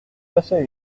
passait